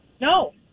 No